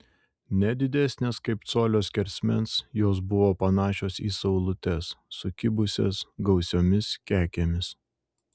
ne didesnės kaip colio skersmens jos buvo panašios į saulutes sukibusias gausiomis kekėmis